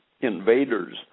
invaders